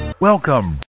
Welcome